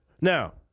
now